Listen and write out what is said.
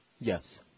Yes